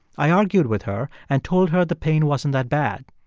i argued with her and told her the pain wasn't that bad.